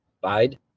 Bide